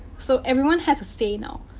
so, everyone has a say now.